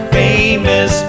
famous